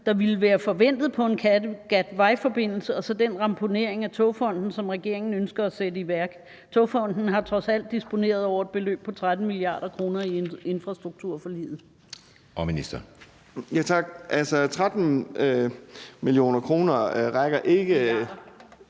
der kunne forventes for en Kattegatvejforbindelse, og så den ramponering af Togfonden DK, som regeringen ønsker at sætte i værk. Togfonden DK har trods alt disponeret over et beløb på 13 mia. kr. i infrastrukturforliget.